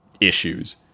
issues